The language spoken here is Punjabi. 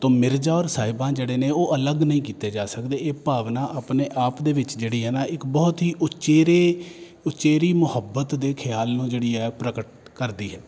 ਤੋ ਮਿਰਜ਼ਾ ਔਰ ਸਾਹਿਬਾਂ ਜਿਹੜੇ ਨੇ ਉਹ ਅਲੱਗ ਨਹੀਂ ਕੀਤੇ ਜਾ ਸਕਦੇ ਇਹ ਭਾਵਨਾ ਆਪਣੇ ਆਪ ਦੇ ਵਿੱਚ ਜਿਹੜੀ ਹੈ ਨਾ ਇੱਕ ਬਹੁਤ ਹੀ ਉਚੇਰੇ ਉਚੇਰੀ ਮੁਹੱਬਤ ਦੇ ਖਿਆਲ ਨੂੰ ਜਿਹੜੀ ਹੈ ਪ੍ਰਗਟ ਕਰਦੀ ਹੈ